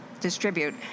distribute